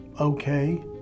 okay